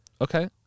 Okay